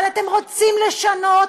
אבל אתם רוצים לשנות